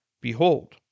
behold